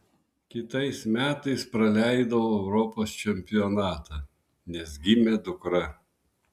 kitais metais praleidau europos čempionatą nes gimė dukra